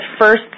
first